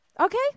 Okay